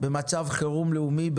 להגדירו כמצב חירום לאומי,